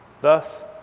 Thus